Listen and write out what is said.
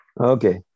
Okay